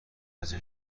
وجه